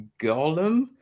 golem